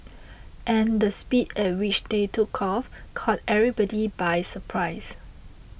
and the speed at which they took off caught everybody by surprise